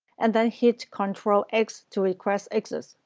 and then hit control, x to request exit,